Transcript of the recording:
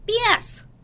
BS